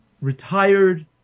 retired